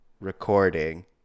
recording